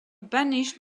banished